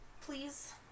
Please